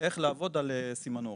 איך לעבוד על סימנורים.